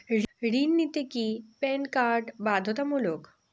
ঋণ নিতে কি প্যান কার্ড বাধ্যতামূলক?